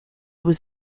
was